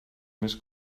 més